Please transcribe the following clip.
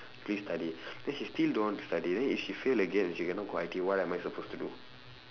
please study then she still don't want to study then if she fail again and she cannot go I_T_E what am I supposed to do